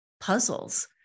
puzzles